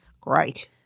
Great